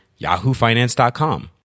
yahoofinance.com